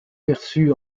perçu